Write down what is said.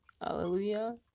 Hallelujah